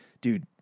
dude